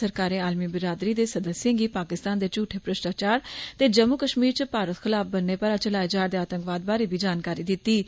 सरकारै आलमी बिरादरी दे सदस्यें गी पाकिस्तान दे झूठे दुष्प्रचार ते जम्मू कश्मीर च भारत खलाफ बन्ने पारा चलाए जा'रदे आतंकवाद बारै बी जानकारी दित्ती ऐ